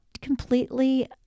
completely